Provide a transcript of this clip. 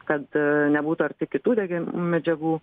kad nebūtų arti kitų degių medžiagų